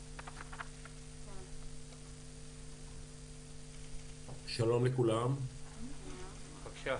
בבקשה.